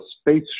space